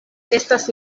estas